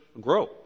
grow